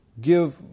give